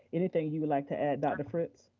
anything you would like to add, dr. fritz?